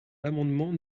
l’amendement